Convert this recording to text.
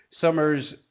Summers